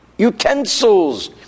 utensils